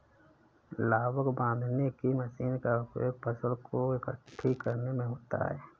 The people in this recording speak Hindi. लावक बांधने की मशीन का उपयोग फसल को एकठी करने में होता है